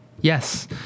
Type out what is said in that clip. Yes